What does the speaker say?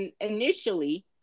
initially